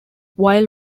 while